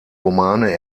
romane